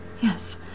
Yes